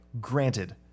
granted